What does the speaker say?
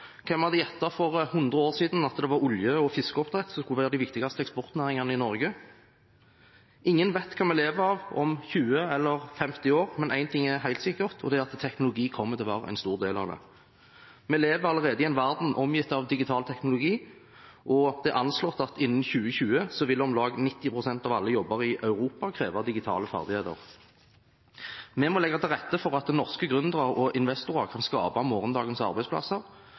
Hvem hadde gjettet for hundre år siden at det var olje og fiskeoppdrett som skulle være de viktigste eksportnæringene i Norge? Ingen vet hva vi lever av om 20 eller 50 år, men én ting er helt sikkert, og det er at teknologi kommer til å være en stor del av det. Vi lever allerede i en verden omgitt av digital teknologi, og det er anslått at innen 2020 vil om lag 90 pst. av alle jobber i Europa kreve digitale ferdigheter. Vi må legge til rette for at norske gründere og investorer kan skape morgendagens arbeidsplasser.